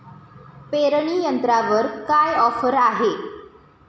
पेरणी यंत्रावर काय ऑफर आहे?